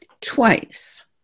twice